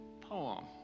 poem